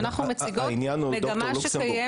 אנחנו מציגות מגמה שקיימת,